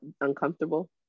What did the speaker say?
uncomfortable